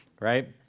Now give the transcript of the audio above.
right